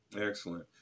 excellent